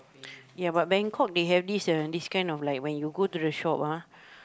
ya but Bangkok they have this uh this kind of like when you go to the shop ah